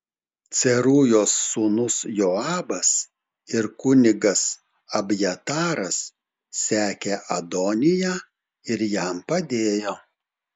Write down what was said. cerujos sūnus joabas ir kunigas abjataras sekė adoniją ir jam padėjo